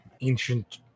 ancient